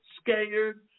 scared